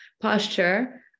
posture